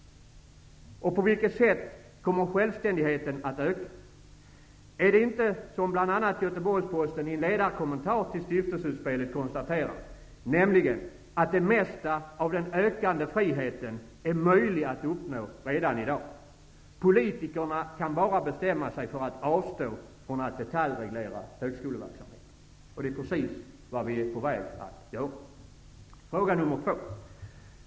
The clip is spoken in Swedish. Och på vilket sätt kommer självständigheten att öka? Är det inte så som bl.a. Göteborgs-posten i en ledarkommentar till stiftelseutspelet konstaterar, nämligen att ''det mesta av den ökade friheten är möjlig att uppnå redan idag. Politikerna kan bara bestämma sig för att avstå från att detaljreglera högskoleverksamheten.'' Det är precis vad vi är på väg att göra.